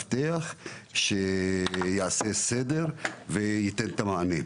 להציב מאבטח שיעשה סדר וייתן את המענה.